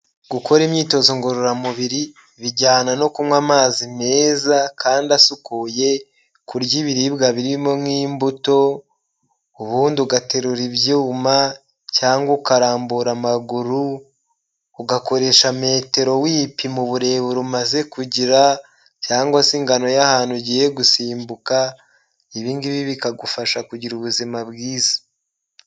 Gukora imyitozo ngororamubiri bijyana no kunywa amazi meza kandi asukuye, kurya ibiribwa birimo nk'imbuto, ubundi ugaterura ibyuma cyangwa ukarambura amaguru, ugakoresha metero wipima uburebure umaze kugira cyangwa se ingano y'ahantu ugiye gusimbuka, ibi ngibi bikagufasha kugira ubuzima bwiza.